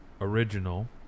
original